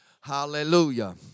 Hallelujah